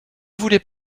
voulait